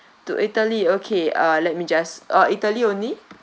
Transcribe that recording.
to italy okay uh let me just uh italy only